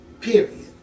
Period